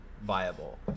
viable